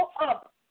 up